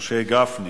משה גפני,